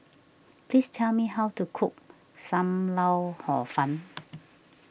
please tell me how to cook Sam Lau Hor Fun